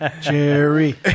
Jerry